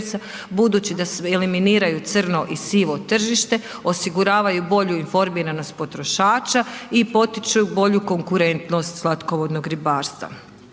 budući da eliminiraju crno i sivo tržište, osiguravaju bolju informiranost potrošača i potiču bolju konkurentnost slatkovodnog ribarstva.